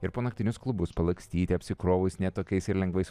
ir po naktinius klubus palakstyti apsikrovus ne tokiais ir lengvais